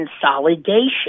consolidation